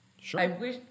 Sure